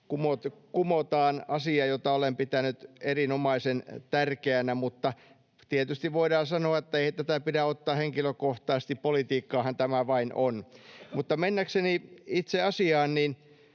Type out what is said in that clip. Kumotaan asia, jota olen pitänyt erinomaisen tärkeänä, mutta tietysti voidaan sanoa, että ei tätä pidä ottaa henkilökohtaisesti, politiikkaahan tämä vain on. Mutta mennäkseni itse asiaan,